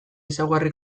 ezaugarri